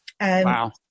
Wow